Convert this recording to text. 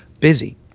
busy